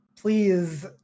please